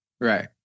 Right